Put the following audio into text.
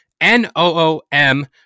N-O-O-M